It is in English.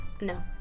No